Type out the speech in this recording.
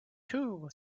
too